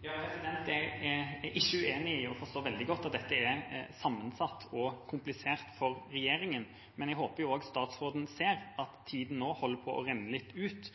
Jeg er ikke uenig i og forstår veldig godt at dette er sammensatt og komplisert for regjeringa, men jeg håper også statsråden ser at tida nå holder på å renne litt ut